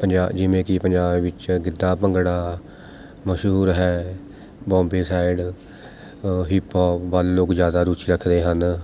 ਪੰਜਾ ਜਿਵੇਂ ਕਿ ਪੰਜਾਬ ਵਿੱਚ ਗਿੱਧਾ ਭੰਗੜਾ ਮਸ਼ਹੂਰ ਹੈ ਬੌਮਬੇ ਸਾਇਡ ਹੀਪੋਪ ਵੱਲ ਲੋਕ ਜ਼ਿਆਦਾ ਰੁਚੀ ਰੱਖਦੇ ਹਨ